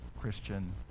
Christian